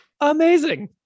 Amazing